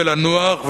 ולנוח,